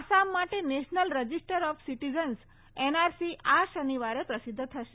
આસામ માટે National Register of Citizens NRC આ શનિવારે પ્રસિધ્ધ થશે